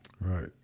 Right